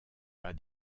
pas